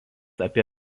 apie